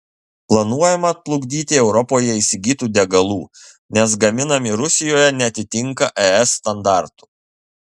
planuojama atplukdyti europoje įsigytų degalų nes gaminami rusijoje neatitinka es standartų